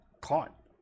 caught